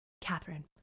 Catherine